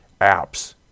apps